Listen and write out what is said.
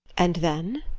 and then?